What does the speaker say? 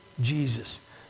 Jesus